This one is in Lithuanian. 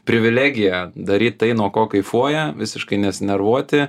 privilegiją daryt tai nuo ko kaifuoja visiškai nesinervuoti